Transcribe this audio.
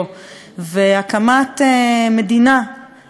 והקמת מדינה, מולדתו זה גם,